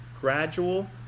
gradual